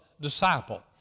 disciple